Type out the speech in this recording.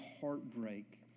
heartbreak